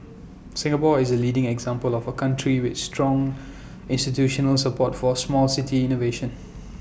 Singapore is A leading example of A country with strong institutional support for small city innovation